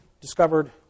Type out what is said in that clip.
discovered